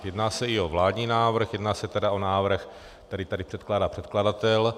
Jedná se i o vládní návrh, jedná se o návrh, který tady předkládá předkladatel.